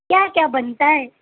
کیا کیا بنتا ہے